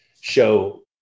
show